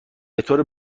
بطور